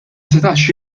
setax